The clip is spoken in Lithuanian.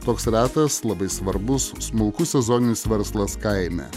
toks ratas labai svarbus smulkus sezoninis verslas kaime